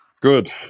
Good